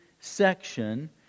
Section